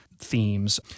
themes